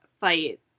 fight